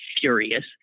furious